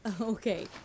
Okay